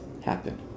happen